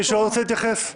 עוד מישהו רוצה להתייחס?